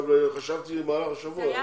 חשבתי השבוע,